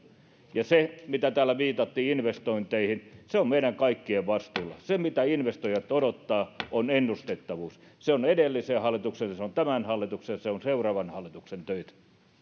ja se mitä täällä viitattiin investointeihin se on meidän kaikkien vastuulla se mitä investoijat odottavat on ennustettavuus se on edellisen hallituksen se on tämän hallituksen ja se on seuraavan hallituksen töitä